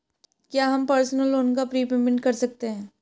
क्या हम personal loan का प्रीपेमेंट कर सकते हैं?